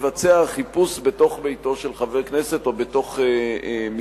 לבצע חיפוש בתוך ביתו של חבר כנסת או בתוך משרדו.